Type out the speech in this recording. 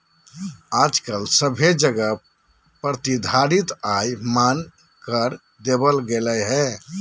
आजकल सभे जगह प्रतिधारित आय मान्य कर देवल गेलय हें